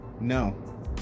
no